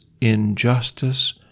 injustice